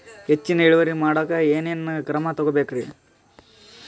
ಹೆಚ್ಚಿನ್ ಇಳುವರಿ ಮಾಡೋಕ್ ಏನ್ ಏನ್ ಕ್ರಮ ತೇಗೋಬೇಕ್ರಿ?